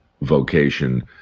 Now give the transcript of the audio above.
vocation